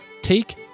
take